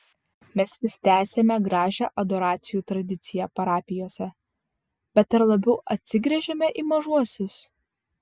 mes vis tęsiame gražią adoracijų tradiciją parapijose bet ar labiau atsigręžiame į mažuosius